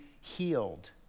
healed